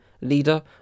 leader